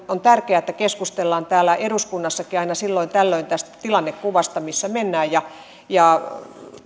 on tärkeää että keskustellaan täällä eduskunnassakin aina silloin tällöin tästä tilannekuvasta siitä missä mennään ja ja